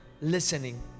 listening